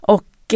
Och